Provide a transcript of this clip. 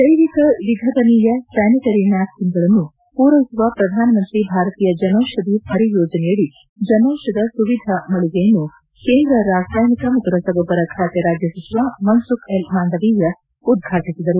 ಜೈವಿಕ ವಿಘಟನೀಯ ಸ್ಥಾನಿಟರಿ ನ್ಯಾಪಿನ್ಗಳನ್ನು ಪೂರೈಸುವ ಪ್ರಧಾನಮಂತ್ರಿ ಭಾರತೀಯ ಜನೌಪಧಿ ಪರಿಯೋಜನೆಯಡಿ ಜನೌಷಧ ಸುವಿಧ ಮಳಿಗೆಯನ್ನು ಕೇಂದ್ರ ರಾಸಾಯನಿಕ ಮತ್ತು ರಸಗೊಬ್ಬರ ಖಾತೆ ರಾಜ್ಯ ಸಚಿವ ಮನ್ನುಕ್ ಎಲ್ ಮಾಂಡವೀಯ ಉದ್ಘಾಟಿಸಿದರು